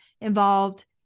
involved